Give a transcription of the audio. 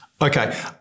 okay